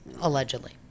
allegedly